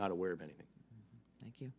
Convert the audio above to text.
not aware of anything thank you